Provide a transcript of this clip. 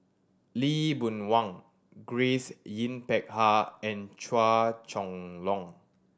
Lee Boon Wang Grace Yin Peck Ha and Chua Chong Long